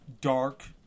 dark